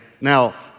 now